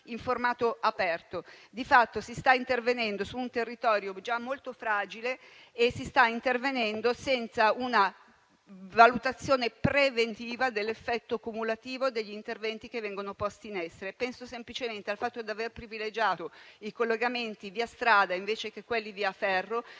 in formato aperto. Di fatto, si sta intervenendo su un territorio già molto fragile e si sta intervenendo senza una valutazione preventiva dell'effetto cumulativo degli interventi che vengono posti in essere. Penso semplicemente al fatto di aver privilegiato i collegamenti via strada invece di quelli via ferro.